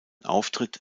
auftritt